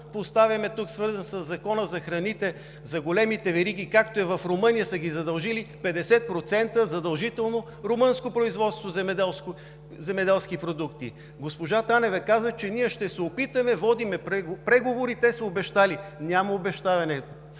поставяме тук, свързан със Закона за храните за големите вериги, както е в Румъния – задължили са ги 50% задължително румънско производство – земеделски продукти. Госпожа Танева каза, че ние ще се опитаме, водим преговори, те са обещали. Няма обещаване,